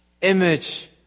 image